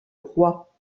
roi